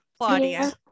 Claudia